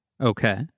Okay